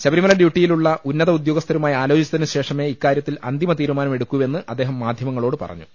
ശബരിമല ഡ്യൂട്ടിയിലുള്ള ഉന്നത ഉദ്യോഗസ്ഥരുമായി ആലോചിച്ചതിന് ശേഷമേ ഇക്കാര്യ ത്തിൽ അന്തിമ തീരുമാനം എടുക്കൂവെന്ന് അദ്ദേഹം മാധ്യമ ങ്ങളോട് പറഞ്ഞു